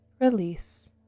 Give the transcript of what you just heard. release